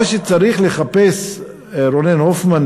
מה שצריך לחפש רונן הופמן,